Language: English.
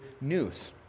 news